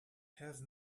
have